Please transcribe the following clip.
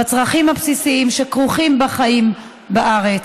בצרכים הבסיסיים שכרוכים בחיים בארץ,